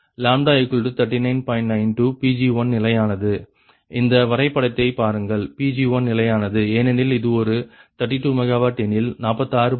92 Pg1 நிலையானது இந்த வரைபடத்தை பாருங்கள் Pg1 நிலையானது ஏனெனில் இது ஒரு 32 MW ஏனெனில் 46